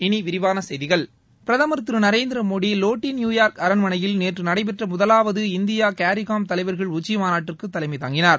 இனி விரிவான செய்திகள் பிரதுமர் திரு நரேந்திர மோடி லாட்டி நியூயார்க் அரண்மனையில் நேற்று நடைபெற்ற முதவாவது இந்தியா கேரிக்கோம் தலைவர்கள் உச்சி மாநாட்டிற்கு தலைமை தாங்கினார்